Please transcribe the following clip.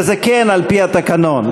וזה כן על-פי התקנון,